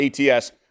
ATS